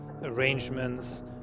arrangements